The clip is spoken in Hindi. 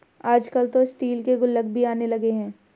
आजकल तो स्टील के गुल्लक भी आने लगे हैं